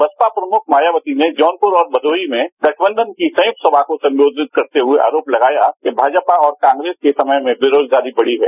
बसपा प्रमुख मायावती ने जौनपुर और भदोही में गठबंधन की संयुक्त सभा को संबोधित करते हुए आरोप लगाया कि भाजपा और कांग्रेस के समय में बेरोजगारी बढ़ी है